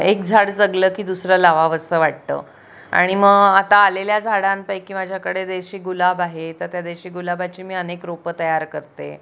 एक झाड जगलं की दुसरं लावावं असं वाटतं आणि मग आता आलेल्या झाडांपैकी माझ्याकडे देशी गुलाब आहे तर त्या देशी गुलाबाची मी अनेक रोपं तयार करते